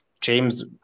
James